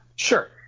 Sure